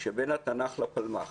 שבין התנ"ך לפלמ"ח.